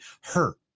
hurt